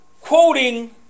quoting